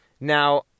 Now